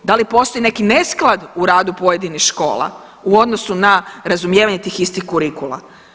Da li postoji neki nesklad u radu pojedinih škola u odnosu na razumijevanje tih istih kurikula?